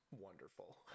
wonderful